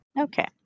okay